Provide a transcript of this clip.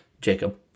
Jacob